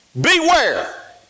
Beware